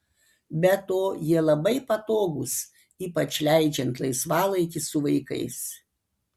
be to jie labai patogūs ypač leidžiant laisvalaikį su vaikais